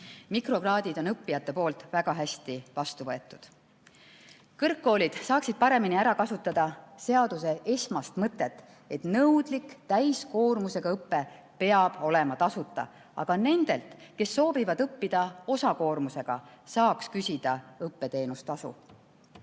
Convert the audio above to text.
Mikrokraadid on õppijate poolt väga hästi vastu võetud. Kõrgkoolid saaksid paremini ära kasutada seaduse esmast mõtet, et nõudlik täiskoormusega õpe peab olema tasuta, aga nendelt, kes soovivad õppida osakoormusega, saaks küsida õppeteenustasu.